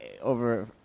over